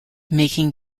making